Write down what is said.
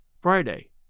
Friday